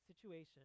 situation